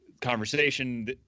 Conversation